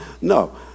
no